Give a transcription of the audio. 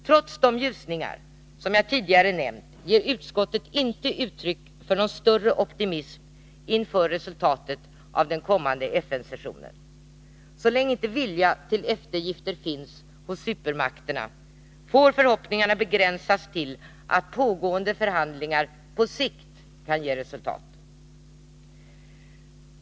Trots de ljusningar som jag tidigare nämnt ger utskottet inte uttryck för någon större optimism inför resultatet av den kommande FN-sessionen — så länge inte vilja till eftergifter finns hos supermakterna får förhoppningarna begränsas till att pågående förhandlingar på sikt kan ge resultat.